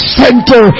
center